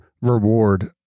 reward